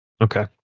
okay